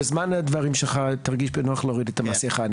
בזמן הדברים שלך תרגיש בנוח להוריד את המסכה,